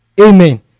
Amen